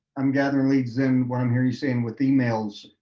i'm gathering leads in, what i'm hearing you saying with emails,